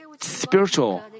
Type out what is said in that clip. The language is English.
spiritual